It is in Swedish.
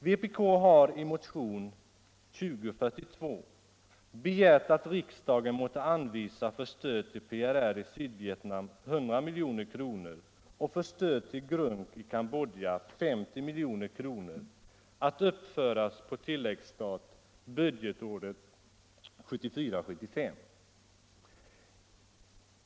Vpk har i motionen 2042 begärt att riksdagen måtte anvisa för stödet till PRR i Sydvietnam 100 milj.kr. och för stöd till GRUNK i Cambodja 50 milj.kr. att uppföras på tilläggsstat för budgetåret 1974/1975.